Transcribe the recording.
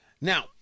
Now